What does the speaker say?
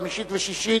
חמישית ושישית,